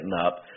up